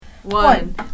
one